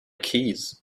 keys